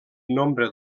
nombre